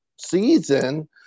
season